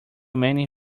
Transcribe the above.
many